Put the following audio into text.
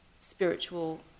spiritual